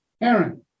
Aaron